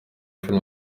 filime